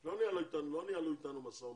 לא ניהלו אתנו משא ומתן.